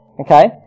okay